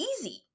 easy